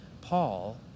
Paul